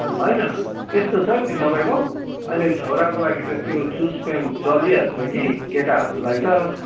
होइन यस्तो छ नि तपाईँको अहिले छोराको लागि त त्यो चुज प्यान्ट चलिहाल्छ कि केटाहरूलाई त